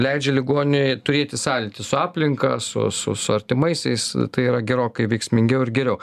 leidžia ligoniui turėti sąlytį su aplinka su su su artimaisiais tai yra gerokai veiksmingiau ir geriau